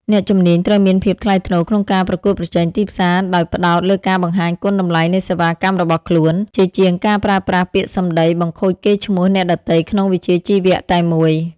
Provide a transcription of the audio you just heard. អ្នកជំនាញត្រូវមានភាពថ្លៃថ្នូរក្នុងការប្រកួតប្រជែងទីផ្សារ ដោយផ្ដោតលើការបង្ហាញគុណតម្លៃនៃសេវាកម្មរបស់ខ្លួន ជាជាងការប្រើប្រាស់ពាក្យសម្ដីបង្ខូចកេរ្តិ៍ឈ្មោះអ្នកដទៃក្នុងវិជ្ជាជីវៈតែមួយ។